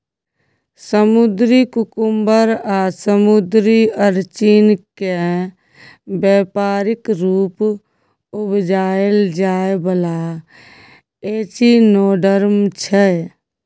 समुद्री कुकुम्बर आ समुद्री अरचिन केँ बेपारिक रुप उपजाएल जाइ बला एचिनोडर्म छै